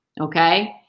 Okay